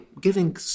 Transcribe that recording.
giving